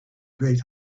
great